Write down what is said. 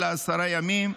אלא עשרה ימים,